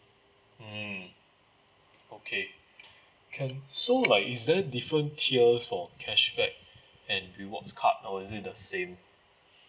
mm okay can so like is there different tiers for cashback and rewards card or is it is the same